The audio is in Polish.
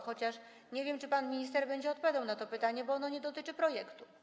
Chociaż nie wiem, czy pan minister będzie odpowiadał na to pytanie, bo ono nie dotyczy projektu.